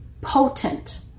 potent